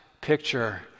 picture